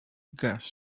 gas